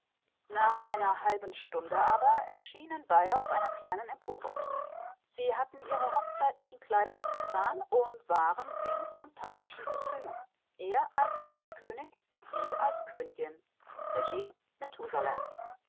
nach etwa einer halben stunde aber erschienen beide auf einer kleinen empore sie hatten ihre hochzeitlichen kleider abgetan und waren in phantastischen kostümen er als winterkönig sie als königin regie